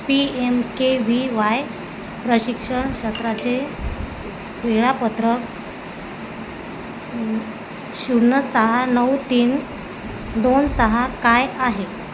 P M K V Y प्रशिक्षण क्षेत्राचे वेळापत्रक शून्य सहा नऊ तीन दोन सहा काय आहे